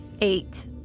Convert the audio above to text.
Eight